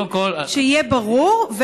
שיהיה ברור,